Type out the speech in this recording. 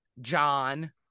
John